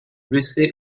blessés